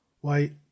Why